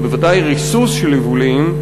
ובוודאי ריסוס של יבולים,